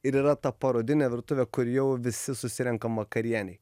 ir yra ta parodinė virtuvė kur jau visi susirenkam vakarienei